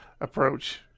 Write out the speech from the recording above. approach